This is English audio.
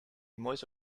most